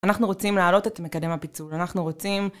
אנחנו רוצים להעלות את מקדם הפיצול, אנחנו רוצים...